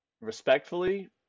Respectfully